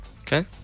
okay